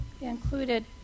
included